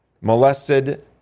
molested